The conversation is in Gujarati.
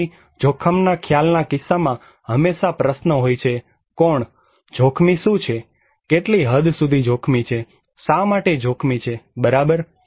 આથી જોખમના ખ્યાલ ના કિસ્સામાં હંમેશા પ્રશ્ન હોય છે કોણ જોખમી શું છે કેટલી હદ સુધી જોખમી છે શા માટે જોખમી છે બરાબર